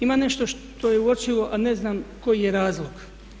Ima nešto što je uočljivo a ne znam koji je razlog.